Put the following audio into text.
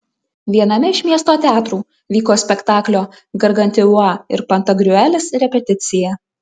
viename iš miesto teatrų vyko spektaklio gargantiua ir pantagriuelis repeticija